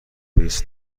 بیست